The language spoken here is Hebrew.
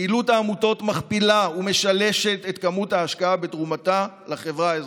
פעילות העמותות מכפילה ומשלשת את ההשקעה בתרומתה לחברה האזרחית.